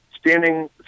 standing